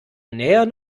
nähern